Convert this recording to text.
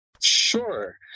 Sure